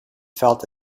felt